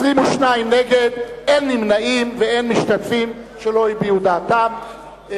22 נגד, אין נמנעים ואין משתתפים שלא הביעו דעתם.